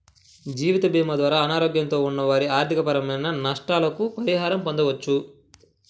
జీవితభీమా ద్వారా అనారోగ్యంతో ఉన్న వారి ఆర్థికపరమైన నష్టాలకు పరిహారం పొందవచ్చు